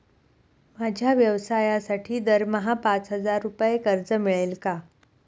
माझ्या व्यवसायासाठी दरमहा पाच हजार रुपये कर्ज मिळेल का?